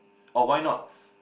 or why not